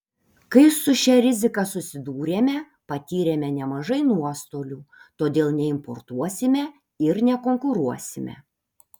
kai su šia rizika susidūrėme patyrėme nemažai nuostolių todėl neimportuosime ir nekonkuruosime